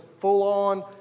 full-on